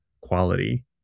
quality